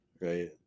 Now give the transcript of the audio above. Right